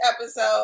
episode